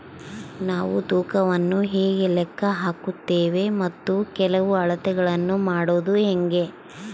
ನಾವು ತೂಕವನ್ನು ಹೇಗೆ ಲೆಕ್ಕ ಹಾಕುತ್ತೇವೆ ಮತ್ತು ಕೆಲವು ಅಳತೆಗಳನ್ನು ಮಾಡುವುದು ಹೇಗೆ?